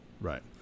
Right